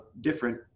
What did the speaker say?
different